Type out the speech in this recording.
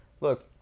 Look